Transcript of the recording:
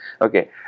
Okay